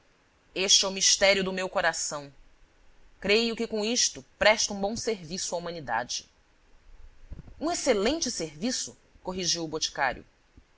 este é o mistério do meu coração creio que com isto presto um bom serviço à humanidade um excelente serviço corrigiu o boticário